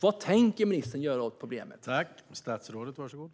Vad tänker ministern göra åt det här problemet?